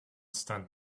stand